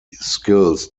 skills